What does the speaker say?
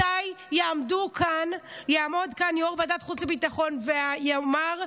מתי יעמוד כאן יו"ר ועדת החוץ והביטחון ויאמר,